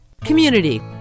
Community